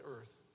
earth